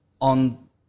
on